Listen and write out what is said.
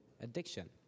addiction